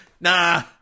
nah